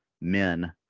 men